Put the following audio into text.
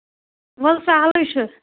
وَلہٕ سَہلٕے چھُ